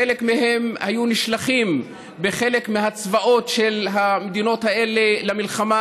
חלק מהם היו נשלחים בחלק מהצבאות של המדינות האלה למלחמה,